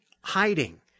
hiding